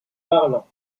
parlant